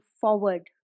forward